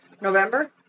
November